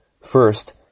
First